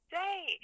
day